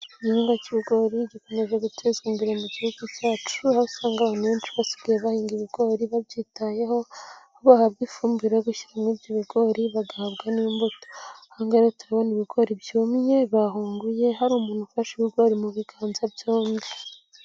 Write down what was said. Igihingwa cy'ibigori gikomeje gutezwa imbere mu Gihugu cyacu, aho usanga abantu benshi basigaye bahinga ibigori babyitayeho, aho bahabwa ifumbire yo gushyira muri ibyo bigori bagahabwa n'imbuto, aha ngaha rero turabona ibigori byumye, bahunguye hari umuntu ufashe ibigori mu biganza byombi.